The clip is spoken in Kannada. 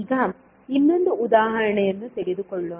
ಈಗ ಇನ್ನೊಂದು ಉದಾಹರಣೆಯನ್ನು ತೆಗೆದುಕೊಳ್ಳೋಣ